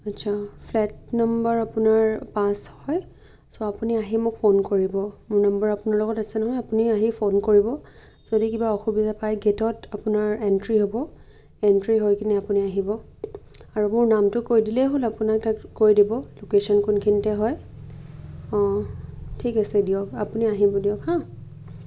আচ্ছা flat number আপোনাৰ পাঁচ হয় চ' আপুনি আহি মোক ফোন কৰিব মোৰ নম্বৰ আপোনাৰ লগত আছে নহয় আপুনি আহি ফোন কৰিব যদি কিবা অসুবিধা পায় গেটত আপোনাৰ এণ্ট্ৰি হ'ব এণ্ট্ৰি হৈ কিনে আপুনি আহিব আৰু মোৰ নামটো কৈ দিলেই হ'ল আপোনাক তাত কৈ দিব লোকেশ্য়ন কোনখিনিতে হয় অঁ ঠিক আছে দিয়ক আপুনি আহিব দিয়ক হাঁ